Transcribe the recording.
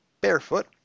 barefoot